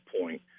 point